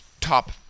top